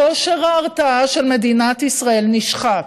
כושר ההרתעה של מדינת ישראל נשחק,